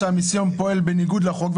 המיסיון פועל בניגוד לחוק,